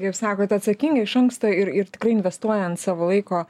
kaip sakot atsakingai iš anksto ir ir tikrai investuojant savo laiko